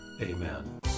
Amen